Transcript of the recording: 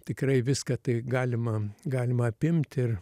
tikrai viską tai galima galima apimt ir